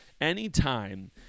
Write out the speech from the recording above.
anytime